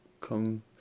come